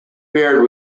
beard